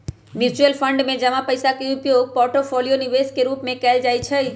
mutual fund में जमा पइसा के उपयोग पोर्टफोलियो निवेश के रूपे कएल जाइ छइ